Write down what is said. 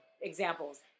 examples